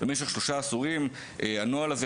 הנוהל הזה,